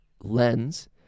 lens